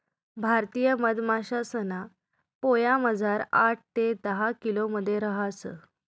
भारतीय मधमाशासना पोयामझार आठ ते दहा किलो मध रहास